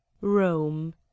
rome